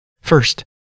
First